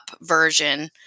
version